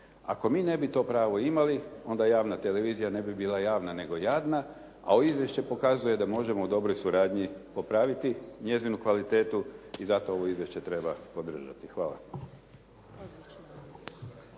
Ako mi ne bi to pravo imali onda javna televizija ne bi bila javna nego jadna, a ovo izvješće pokazuje da možemo u dobroj suradnji popraviti njezinu kvalitetu i zato ovo izvješće treba podržati. Hvala.